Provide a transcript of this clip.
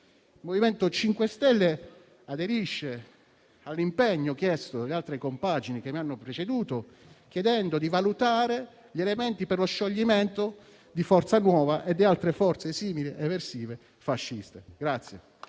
il MoVimento 5 Stelle aderisce all'impegno chiesto dalle altre compagini che mi hanno preceduto, chiedendo di valutare gli elementi per lo scioglimento di Forza Nuova e di altre forze simili, eversive e fasciste.